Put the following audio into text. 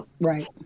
right